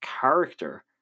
character